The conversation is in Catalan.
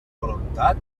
voluntat